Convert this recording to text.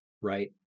right